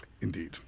Indeed